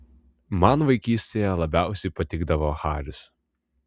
man vaikystėje labiausiai patikdavo haris